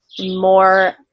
more